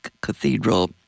cathedral